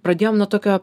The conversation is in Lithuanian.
pradėjom nuo tokio